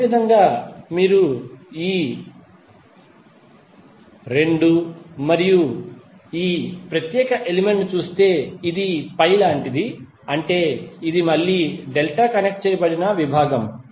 అదేవిధంగా మీరు ఈ 2 మరియు ఈ ప్రత్యేక ఎలిమెంట్ ను చూస్తే ఇది పై లాంటిది అంటే ఇది మళ్ళీ డెల్టా కనెక్ట్ చేయబడిన విభాగం